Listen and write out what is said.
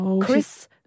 chris